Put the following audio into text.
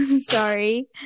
Sorry